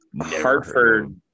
Hartford